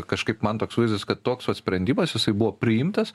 kažkaip man toks vaizdas kad toks vat sprendimas jisai buvo priimtas